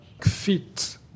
fit